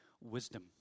wisdom